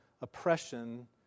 oppression